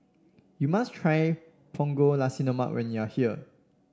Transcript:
you must try Punggol Nasi Lemak when you are here